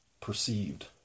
perceived